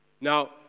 Now